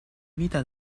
vita